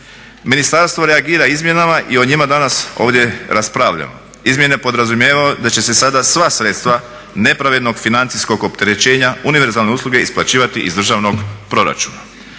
Ministarstvo reagira izmjenama i o njima danas ovdje raspravljamo. Izmjene podrazumijevaju da će se sada sva sredstva nepravednog financijskog opterećenja univerzalne usluge isplaćivati iz državnog proračuna.